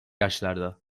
yaşlarda